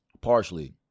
partially